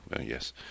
yes